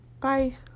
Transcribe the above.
bye